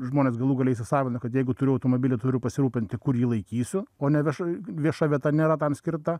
žmonės galų gale įsisavina kad jeigu turiu automobilį turiu pasirūpinti kurį laikysiu o neviešai vieša vieta nėra tam skirta